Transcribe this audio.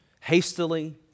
hastily